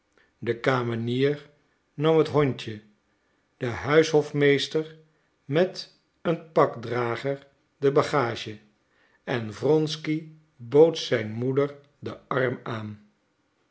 de kamenier nam het hondje de huishofmeester met een pakdrager de bagage en wronsky bood zijn moeder den arm aan